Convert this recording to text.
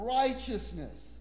righteousness